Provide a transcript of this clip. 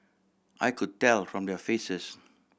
I could tell from their faces